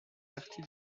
partie